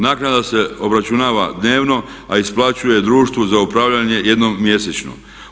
Naknada se obračunava dnevno, a isplaćuje Društvu za upravljanje jednom mjesečno.